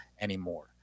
anymore